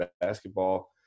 basketball